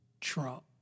Trump